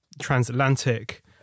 transatlantic